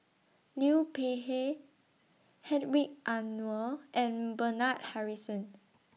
Liu Peihe Hedwig Anuar and Bernard Harrison